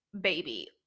baby